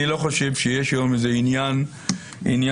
אני לא חושב שיש היום איזה עניין דומה,